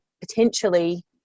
potentially